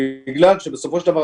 בגלל שבסופו של דבר,